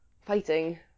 fighting